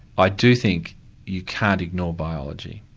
i do think you can't ignore biology,